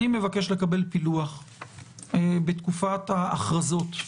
אני מבקש לקבל פילוח בתקופת ההכרזות,